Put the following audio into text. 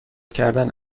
کردن